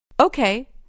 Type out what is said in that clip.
Okay